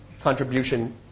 contribution